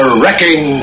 wrecking